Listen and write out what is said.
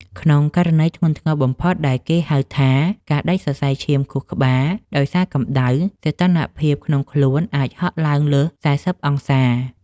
ក្នុងករណីធ្ងន់ធ្ងរបំផុត ដែលគេហៅថាការដាច់សរសៃឈាមខួរក្បាលដោយសារកម្ដៅ សីតុណ្ហភាពក្នុងខ្លួនអាចហក់ឡើងលើស ៤០ អង្សាសេ។